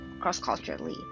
cross-culturally